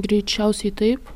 greičiausiai taip